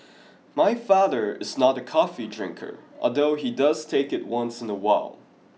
my father is not a coffee drinker although he does take it once in a while